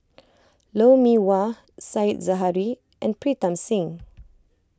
Lou Mee Wah Said Zahari and Pritam Singh